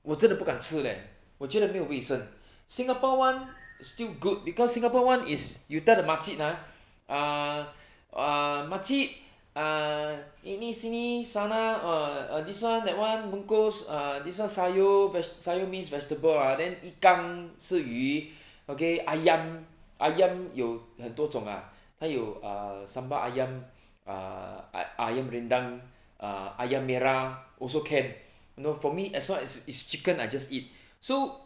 我真的不敢吃 leh 我觉得没有卫生 singapore [one] is still good because singapore [one] is you tell the makcik ah uh uh makcik uh uh this [one] that [one] uh this [one] sayur vege~ sayur means vegetable ah then ikan 是鱼 okay ayam ayam 有很多种啊他有 uh sambal ayam uh a~ ayam rendang uh ayam merah also can you know for me as long as is chicken I just eat so